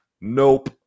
nope